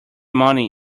money